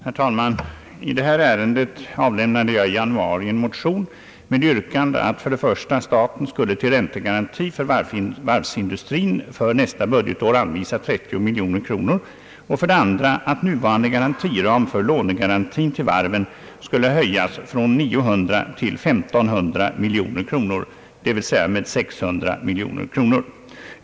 Herr talman! I det här ärendet avlämnade jag i januari en motion med yrkande för det första att staten skulle till räntegaranti åt varvsindustrin för nästa budgetår anvisa 30 miljoner kronor och för det andra att nuvarande garantiram för lånegarantin till varven skulle höjas från 900 miljoner kronor till 1500 miljoner kronor, dvs. med 600 miljoner kronor.